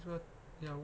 这个要